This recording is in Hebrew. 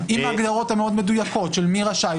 עם ההגדרות המאוד מדויקות של מי רשאי,